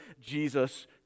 Jesus